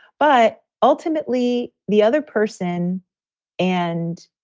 but ultimately the other person and